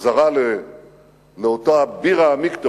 חזרה לאותו בירא עמיקתא,